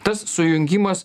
tas sujungimas